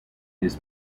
his